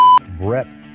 Brett